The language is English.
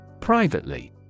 Privately